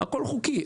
הכל חוקי.